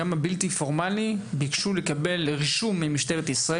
גם בבלתי פורמלי ביקשו לקבל רישום ממשטרת ישראל.